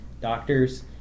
doctors